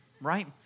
Right